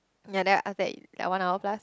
ya then after that that one hour plus